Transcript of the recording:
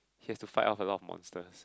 he has to fight off a lot of monsters